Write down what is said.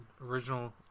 original